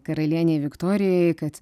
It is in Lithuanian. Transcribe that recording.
karalienei viktorijai kad